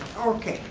okay.